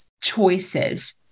choices